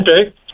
Okay